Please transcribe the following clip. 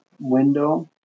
window